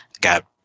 got